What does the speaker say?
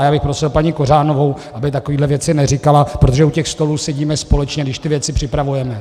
A já bych prosil paní Kořánovou, aby takové věci neříkala, protože u těch stolů sedíme společně, když ty věci připravujeme.